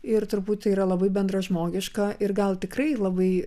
ir turbūt yra labai bendražmogiška ir gal tikrai labai